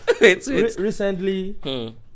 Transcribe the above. Recently